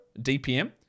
DPM